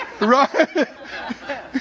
Right